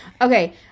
Okay